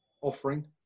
offering